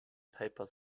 paper